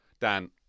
Dan